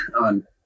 on